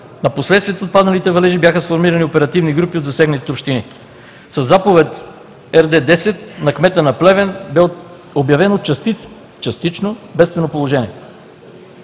на последствията от падналите валежи бяха сформирани оперативни групи от засегнатите общини. Със заповед РД-10 на кмета на Плевен бе обявено частично бедствено положение.